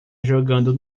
jogando